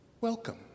welcome